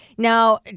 Now